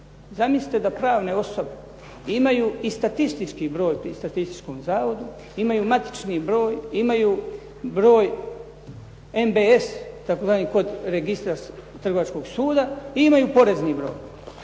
Zamislite da pravne osobe imaju i statistički broj pri statističkom zavodu, imaju matični broj, imaju broj MBS tzv. kod registra Trgovačkog suda, i imaju porezni broj